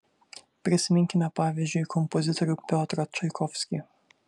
prisiminkime pavyzdžiui kompozitorių piotrą čaikovskį